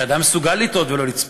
שאדם מסוגל לטעות ולא לצפות.